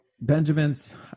Benjamin's